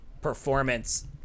performance